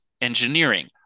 engineering